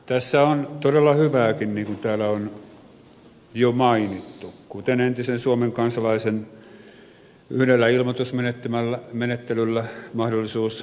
tässä on todella hyvääkin niin kuin täällä on jo mainittu kuten entisen suomen kansalaisen mahdollisuus saada yhdellä ilmoitusmenettelyllä kansalaisuus takaisin